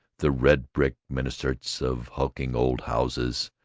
the red brick minarets of hulking old houses,